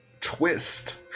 Twist